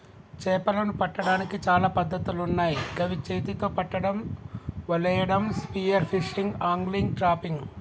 చేపలను పట్టడానికి చాలా పద్ధతులున్నాయ్ గవి చేతితొ పట్టడం, వలేయడం, స్పియర్ ఫిషింగ్, ఆంగ్లిగ్, ట్రాపింగ్